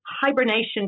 hibernation